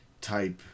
type